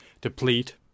deplete